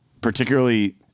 particularly